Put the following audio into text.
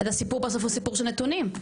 אז הסיפור בסוף הוא סיפור של נתונים.